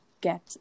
get